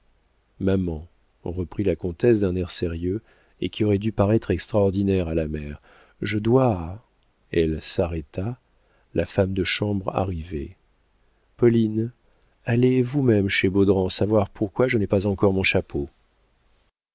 maman reprit la comtesse d'un air sérieux et qui aurait dû paraître extraordinaire à la mère je dois elle s'arrêta la femme de chambre arrivait pauline allez vous-même chez baudran savoir pourquoi je n'ai pas encore mon chapeau